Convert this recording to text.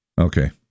Okay